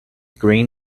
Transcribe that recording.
green